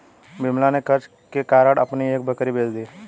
विमला ने कर्ज के कारण अपनी एक बकरी बेच दी